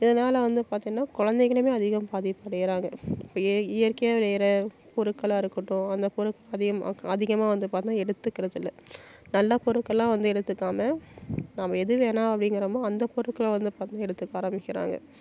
இதனால் வந்து பார்த்திங்கன்னா கொழந்தைகளுமே அதிகம் பாதிப்பு அடைகிறாங்க இப்போ இயற்கையாக விளைகிற பொருட்களாக இருக்கட்டும் அந்த பொருள் அதிகமாக அதிகமாக வந்து பார்த்திங்கன்னா எடுத்துக்கிறது இல்லை நல்ல பொருட்களாக வந்து எடுத்துக்காமல் நாம் எது வேணாம் அப்படிங்கிறோமோ அந்த பொருட்களை வந்து பார்த்திங்கன்னா எடுத்துக்க ஆரம்பிக்கிறாங்க